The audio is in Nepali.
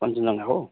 कञ्चनजङ्गा हो